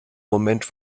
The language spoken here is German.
moment